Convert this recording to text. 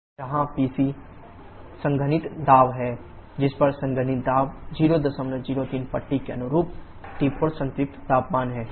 pc जहाँ PC संघनित्र दाब है जिस पर संघनित्र दबाव 003 पट्टी के अनुरूप T4 संतृप्ति तापमान है